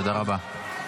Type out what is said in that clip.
תודה רבה.